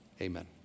Amen